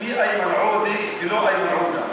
שמי איימן עודֶה ולא איימן עודָה,